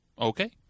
Okay